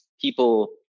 people